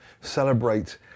celebrate